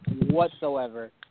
whatsoever